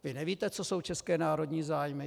Vy nevíte, co jsou české národní zájmy?